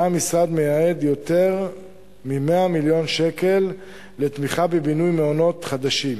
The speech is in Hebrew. השנה המשרד מייעד יותר מ-100 מיליון שקלים לתמיכה בבינוי מעונות חדשים.